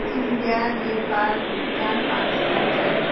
India Nepal Bhutan Pakistan China